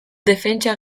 defentsa